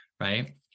right